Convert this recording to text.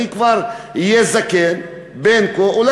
אני כבר אהיה זקן בין כך ובין כך,